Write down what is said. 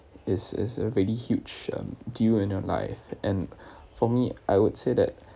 is is a really huge uh deal in your life and for me I would say that